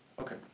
Okay